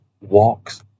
walks